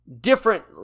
different